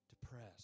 depressed